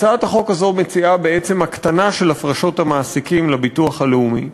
הצעת החוק הזאת מציעה בעצם הקטנה של הפרשות המעסיקים לביטוח הלאומי.